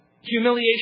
humiliation